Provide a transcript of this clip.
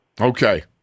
Okay